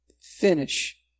finish